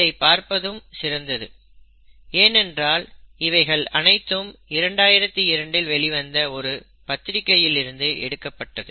இதை பார்ப்பதும் சிறந்தது ஏனென்றால் இவைகள் அனைத்தும் 2002 இல் வெளிவந்த ஒரு பத்திரிகையில் இருந்து எடுக்கப்பட்டது